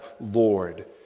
Lord